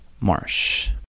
Marsh